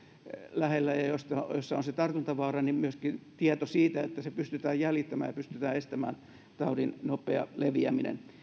lähellä ja ja jossa on se tartuntavaara saamaan myöskin tieto siitä että se pystytään jäljittämään ja pystytään estämään taudin nopea leviäminen